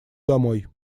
домой